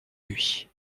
lui